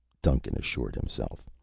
duncan assured himself.